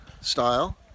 style